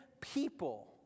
People